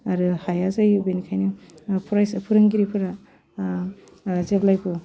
आरो हाया जायो बेनिखाइनो फरायसा फोरोंगिरिफोरा जेब्लायबो